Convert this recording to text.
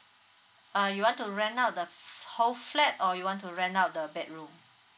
uh you want to rent out the whole flat or you want to rent out the bedroom